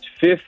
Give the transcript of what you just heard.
fifth